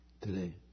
Today